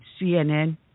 CNN